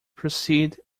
proceed